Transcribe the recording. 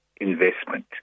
investment